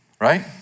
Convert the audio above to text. Right